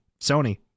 Sony